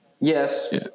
Yes